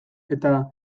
eta